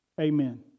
Amen